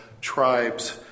tribes